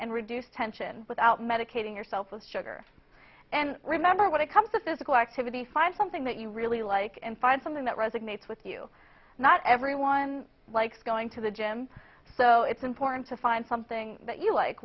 and reduce tension without medicating yourself with sugar and remember when it comes to physical activity find something that you really like and find something that resonates with you not everyone likes going to the gym so it's important to find something that you like